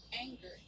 Anger